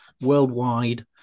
worldwide